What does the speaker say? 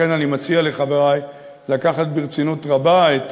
לכן אני מציע לחברי לקחת ברצינות רבה את